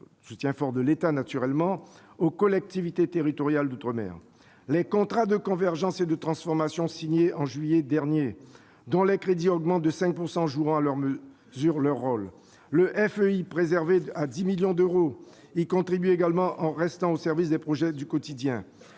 déterminé de l'État est indispensable aux collectivités territoriales d'outre-mer. Les contrats de convergence et de transformation signés au mois de juillet dernier, dont les crédits augmentent de 5 %, joueront à leur mesure leur rôle. Le FEI, qui est préservé à 110 millions d'euros, y contribue également en restant au service de projets du quotidien